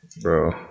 bro